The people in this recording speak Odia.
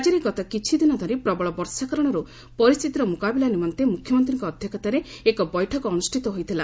ରାଜ୍ୟରେ ଗତ କିଛିଦିନ ଧରି ପ୍ରବଳ ବର୍ଷା କାରଣରୁ ପରିସ୍ଥିତିର ମୁକାବିଲା ନିମନ୍ତେ ମୁଖ୍ୟମନ୍ତ୍ରୀଙ୍କ ଅଧ୍ୟକ୍ଷତାରେ ଏକ ବୈଠକ ଅନୁଷ୍ଠିତ ହୋଇଥିଲା